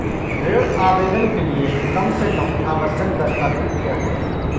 ऋण आवेदन के लिए कम से कम आवश्यक दस्तावेज़ क्या हैं?